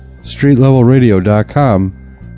StreetLevelRadio.com